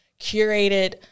curated